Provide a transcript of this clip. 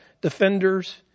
defenders